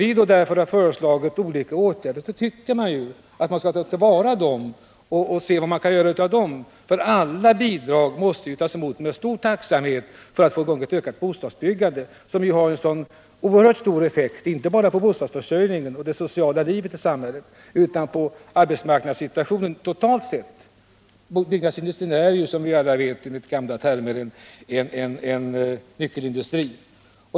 Vi har alltså föreslagit olika åtgärder, och vi tycker då att man skall ta till vara dem och se vad man kan göra av dem. Alla bidrag måste ju tas emot med stor tacksamhet när det gäller att få i gång ett ökat bostausbyggande, vilket har så stor effekt, inte bara på bostadsförsörjningen och det sociala livet i samhället utan också på arbetsmarknadssituationen totalt sett. Byggnadsindustrin är, som alla vet, enligt gamla termer en nyckelindustri.